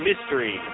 Mystery